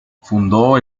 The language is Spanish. fundó